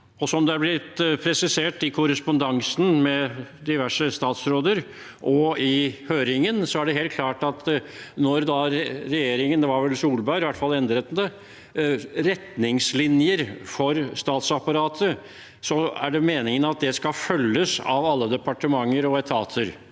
5041 det er blitt presisert i korrespondansen med diverse statsråder og i høringen, er det helt klart at når regjeringen – det var vel Solberg-regjeringen som gjorde det – endrer retningslinjer for statsapparatet, er det meningen at de skal følges av alle departementer og etater.